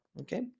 Okay